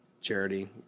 charity